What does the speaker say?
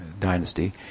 Dynasty